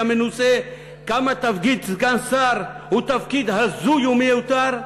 מנוסה כמה תפקיד סגן שר הוא תפקיד הזוי ומיותר?